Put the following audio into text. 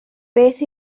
beth